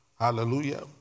Hallelujah